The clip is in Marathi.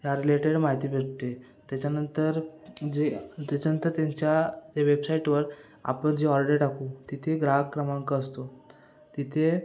ह्या रिलेटेड माहिती भेटते त्याच्यानंतर जे त्याच्यानंतर त्यांच्या त्या वेबसाईटवर आपण जे ऑर्डर टाकू तिथे ग्राहक क्रमांक असतो तिथे